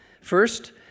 First